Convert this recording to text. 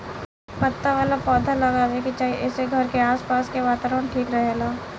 पत्ता वाला पौधा लगावे के चाही एसे घर के आस पास के वातावरण ठीक रहेला